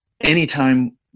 anytime